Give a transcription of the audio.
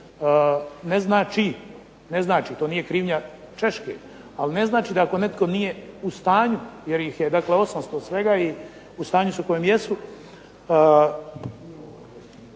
ne znači, ne znači, to nije krivnja Češke, ali ne znači da ako netko nije u stanju jer ih je dakle 800 svega i u stanju su kojem jesu,